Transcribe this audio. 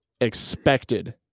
expected